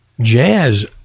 jazz